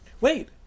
wait